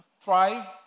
Thrive